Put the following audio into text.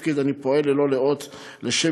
4. מאז כניסתי לתפקיד אני פועל ללא לאות לשם